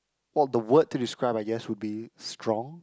well the word to describe I guess would be strong